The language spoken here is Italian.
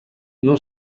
non